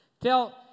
Tell